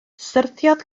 syrthiodd